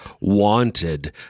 wanted